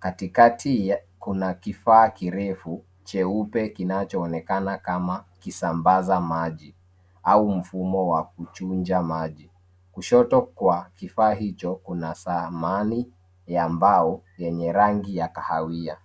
Katikati kuna kifaa kirefu, cheupe kinachoonekana kama kisambaza maji, au mfumo wa kuchunja maji, kushoto kwa, kifaa hicho kuna samani ya mbao yenye rangi ya kahawia.